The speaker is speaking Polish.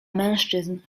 mężczyzn